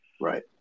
right